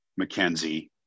mckenzie